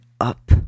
up